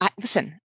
listen